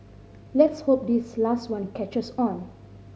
let's hope this last one catches on